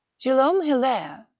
guillaume hilaire,